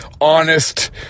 honest